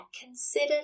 Consider